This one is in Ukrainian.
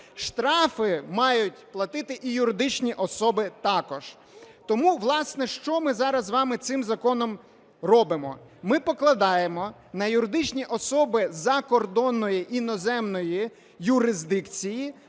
Штрафи мають платити і юридичні особи також. Тому, власне, що ми зараз з вами цим законом робимо? Ми покладаємо на юридичні особи закордонної іноземної юрисдикції,